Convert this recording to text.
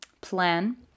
plan